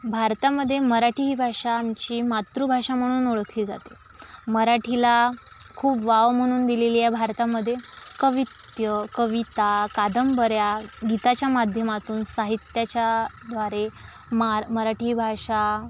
भारतामध्ये मराठी ही भाषांची मातृभाषा म्हणून ओळखली जाते मराठीला खूप वाव म्हणून दिलेली आहे भारतामध्ये कवित्य कविता कादंबऱ्या गीताच्या माध्यमातून साहित्याच्याद्वारे मा मराठी भाषा